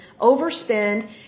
overspend